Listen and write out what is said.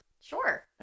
sure